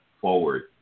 forward